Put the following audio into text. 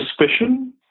suspicion